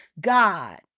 God